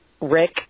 Rick